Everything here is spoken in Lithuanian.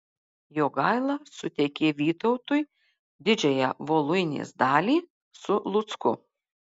jogaila suteikė vytautui didžiąją voluinės dalį su lucku